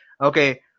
Okay